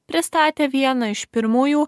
pristatė vieną iš pirmųjų